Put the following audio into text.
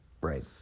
Right